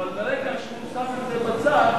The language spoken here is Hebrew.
אבל ברגע שהוא שם את זה בצד,